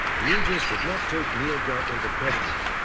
the agents did not take neil gott into custody.